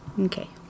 Okay